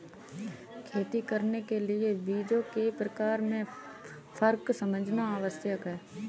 खेती करने के लिए बीजों के प्रकार में फर्क समझना आवश्यक है